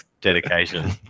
dedication